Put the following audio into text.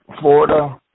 Florida